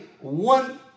one